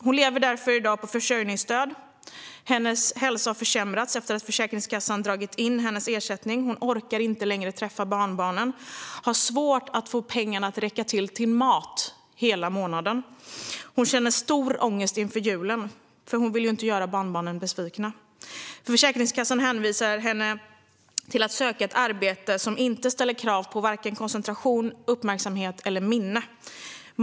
Hon lever därför i dag på försörjningsstöd. Hennes hälsa har försämrats efter att Försäkringskassan har dragit in hennes ersättning. Hon orkar inte längre träffa barnbarnen och har svårt att få pengarna att räcka till mat hela månaden. Hon känner stor ångest inför julen, eftersom hon inte vill göra barnbarnen besvikna. Försäkringskassan hänvisar henne till att söka ett arbete som inte ställer krav på vare sig koncentration, uppmärksamhet eller minne.